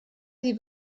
sie